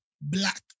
black